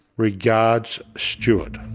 regards, stewart.